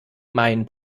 mein